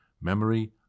memory